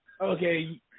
okay